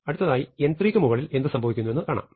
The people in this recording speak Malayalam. അടുത്തതായി n3 ക്കു മുകളിൽ എന്ത് സംഭവിക്കുന്നെന്ന് കാണാം